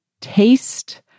Taste